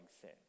sin